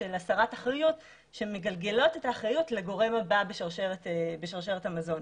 של הסרת אחריות שמגלגלות את האחריות לגורם הבא בשרשרת המזון.